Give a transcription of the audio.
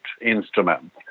instrument